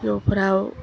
न'फोराव